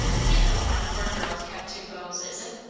tain't no harm for a girl to have two beaus, is it?